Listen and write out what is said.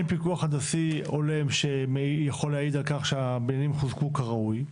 אין פיקוח הנדסי הולם שיכול להעיד על כך שהבניינים חוזקו כראוי.